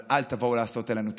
אבל אל תבואו לעשות עלינו תרגילים.